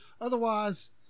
otherwise